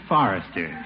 Forrester